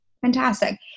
fantastic